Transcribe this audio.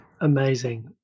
Amazing